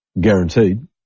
guaranteed